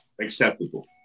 acceptable